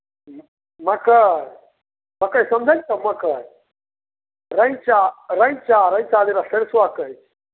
हॅं मकइ मकइ समझै छहो मकइ रैंचा रैंचा रैंचा जेकरा सेरसों कहै छै